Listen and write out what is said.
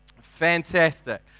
Fantastic